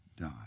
die